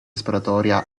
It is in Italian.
sparatoria